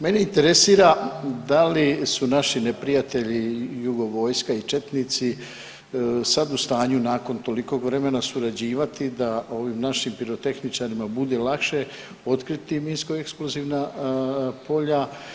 Mene interesira, da li su naši neprijatelji jugo vojska i četnici sad u stanju nakon toliko vremena surađivati da ovim našim pirotehničarima bude lakše otkriti im minsko eksplozivna polja?